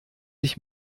ich